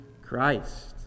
Christ